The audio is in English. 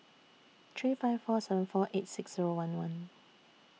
three five four seven four eight six Zero one one